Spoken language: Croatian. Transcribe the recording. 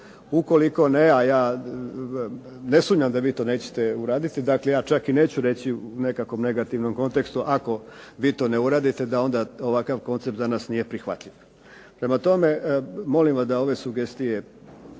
ukoliko ne, a ja ne sumnjam da vi to nećete uraditi, dakle ja čak i neću reći u nekakvom negativnom kontekstu ako vi to ne uradite, da onda ovakav koncept za nas nije prihvatljiv. Prema tome, molimo da ove sugestije odvažete,